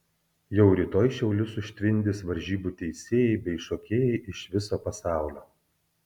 jau rytoj šiaulius užtvindys varžybų teisėjai bei šokėjai iš viso pasaulio